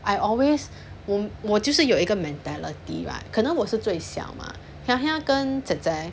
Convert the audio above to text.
I always 我就是有一个 mentality lah 可能我是最小嘛跟